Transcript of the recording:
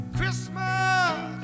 Christmas